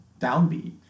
downbeat